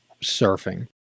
surfing